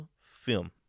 film